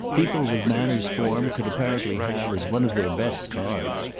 people with manners formed could apparently have, as one of their best cards,